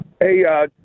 Hey